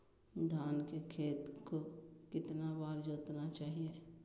धान के खेत को कितना बार जोतना चाहिए?